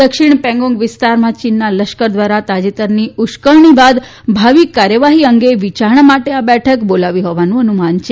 દક્ષિણ પેંગોંગ વિસ્તારમાં ચીનના લશ્કર દ્વારા તાજેતરની ઉશ્કેરણી બાદ ભાવિ કાર્યવાહી અંગે વિયારણા માટે આ બેઠક બોલાવી હોવાનું અનુમાન છે